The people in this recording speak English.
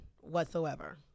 whatsoever